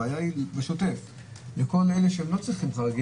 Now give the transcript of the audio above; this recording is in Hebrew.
הבעיה היא בשוטף, לכל אלה שלא צריכים ועדת חריגים.